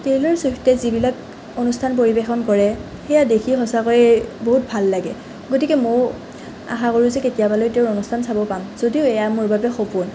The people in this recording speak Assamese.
টেইলৰ চুইফ্টে যিবিলাক অনুষ্ঠান পৰিৱেশন কৰে সেইয়া দেখিয়ে সঁচাকৈ বহুত ভাল লাগে গতিকে ময়ো আশা কৰোঁ যে কেতিয়াবালৈ তেওঁৰ অনুষ্ঠান চাবলৈ পাম যদিও এয়া মোৰ বাবে সপোন